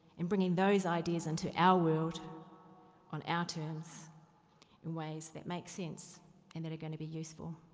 and bringing those ideas into our world on our terms in ways that make sense and that are going to be useful.